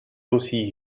aussi